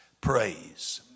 praise